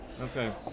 Okay